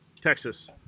Texas